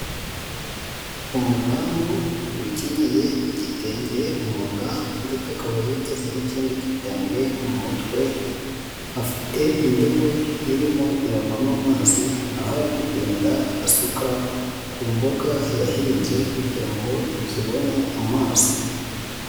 Umudamu wikenyeye igitenge mu nda ndetse akaba yiteze n'ikindi gitenge mu mutwe, afite indobo irimo iravamo amazi, aho ari kugenda asuka ku mboga yahinze kugira ngo zibone amazi.